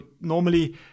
normally